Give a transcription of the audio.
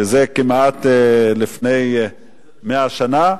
שזה כמעט לפני 100 שנה.